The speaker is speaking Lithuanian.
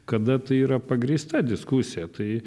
kada tai yra pagrįsta diskusija tai